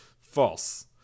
False